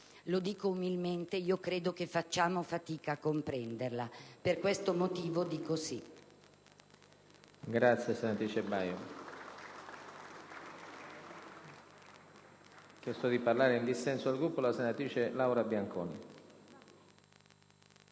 lo dico umilmente - credo che facciamo fatica a comprenderla. Per questo motivo dico sì.